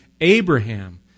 Abraham